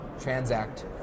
Transact